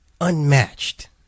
Unmatched